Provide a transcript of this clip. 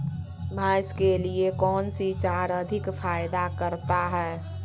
भैंस के लिए कौन सी चारा अधिक फायदा करता है?